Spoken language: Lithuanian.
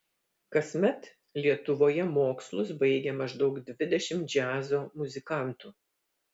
kasmet lietuvoje mokslus baigia maždaug dvidešimt džiazo muzikantų